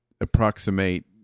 approximate